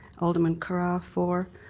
alderman carra for,